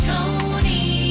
Tony